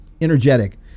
energetic